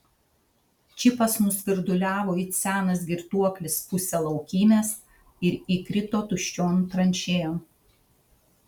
čipas nusvirduliavo it senas girtuoklis pusę laukymės ir įkrito tuščion tranšėjon